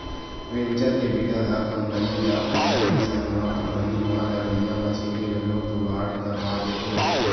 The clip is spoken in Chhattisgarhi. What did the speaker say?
वेंचर केपिटल ह कंपनी ल पइसा के संग म कंपनी म लगइया मसीन के घलो जुगाड़ करवा देथे